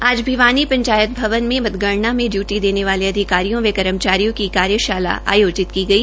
आज भिवानी पंचायत भवन में मतगणना में ड्यूटी देने वाले अधिकारियों कर्मचारियों की कार्यशाला आयोजित की गई